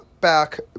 back